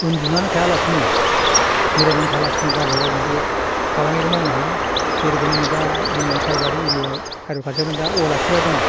उन्दुनानै थायालासिनो जिरायनानै थायालासिनो गावबा गाव मोनसे फालांगिखौ मावनो हायो जिरखम नै दा जोंनि बे सालबारि एरियायाव हाग्रा खाथियावनो औवा लाखिग्रा दङ